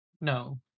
No